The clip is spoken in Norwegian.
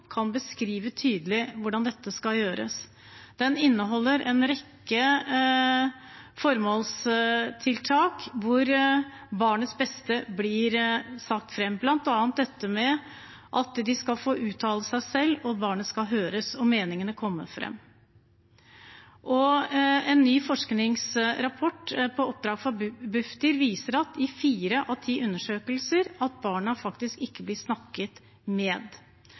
kan beskrive tydelig hvordan dette skal gjøres. Den inneholder en rekke formålstiltak hvor barnets beste blir satt frem, bl.a. det at de skal få uttale seg, barnet skal høres og meningene komme frem. En forskningsrapport utarbeidet på oppdrag fra Bufdir viser at i fire av ti undersøkelser blir ikke barna snakket med.